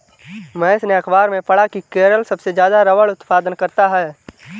महेश ने अखबार में पढ़ा की केरल सबसे ज्यादा रबड़ उत्पादन करता है